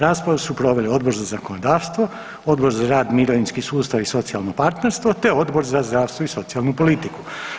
Raspravu su proveli Odbor za zakonodavstvo, Odbor za rad, mirovinski sustav i socijalno partnerstvo te Odbor za zdravstvo i socijalnu politiku.